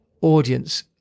audience